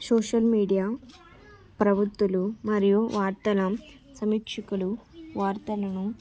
social media ప్రవృత్తులు మరియు వార్తల సమీక్షకులు వార్తలను